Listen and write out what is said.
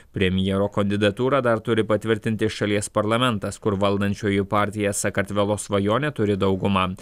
premjero kandidatūrą dar turi patvirtinti šalies parlamentas kur valdančioji partija sakartvelo svajonė turi daugumą